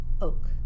Oak